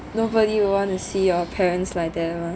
nobody will want to see your parents like that [one]